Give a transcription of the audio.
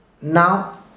Now